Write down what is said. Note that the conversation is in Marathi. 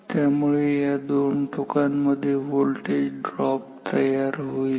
त्यामुळे या टोकांमध्ये व्होल्टेज ड्रॉप होईल